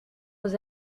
aux